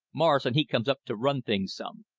morrison he comes up to run things some.